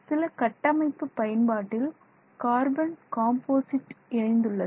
சில கட்டமைப்பு பயன்பாட்டில் கார்பன் காம்போசிட் இணைந்துள்ளது